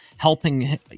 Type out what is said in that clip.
helping